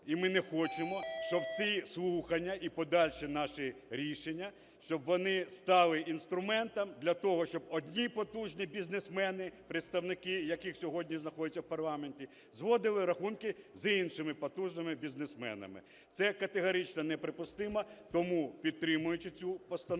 і ми не хочемо, щоб ці слухання і подальші наші рішення, щоб вони стали інструментом для того, щоб одні потужні бізнесмени, представники яких сьогодні знаходяться в парламенті, зводили рахунки з іншими потужними бізнесменами. Це категорично неприпустимо. Тому, підтримуючи проект